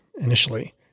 initially